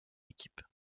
équipe